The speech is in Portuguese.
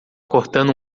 cortando